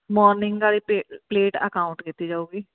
morning ਵਾਲੀ ਪਲੇ plate count ਕੀਤੀ ਜਾਵੇਗੀ